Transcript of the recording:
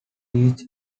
each